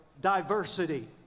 diversity